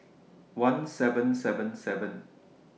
one thousand seven hundred and seventy seven